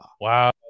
Wow